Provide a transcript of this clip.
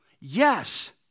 yes